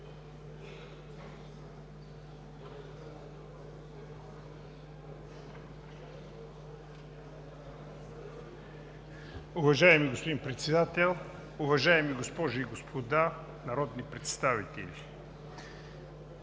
Уважаеми господин Председател, уважаеми госпожи и господа народни представители!